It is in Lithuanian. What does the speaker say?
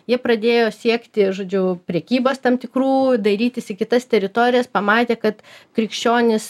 jie pradėjo siekti žodžiu prekybos tam tikrų dairytis į kitas teritorijas pamatė kad krikščionys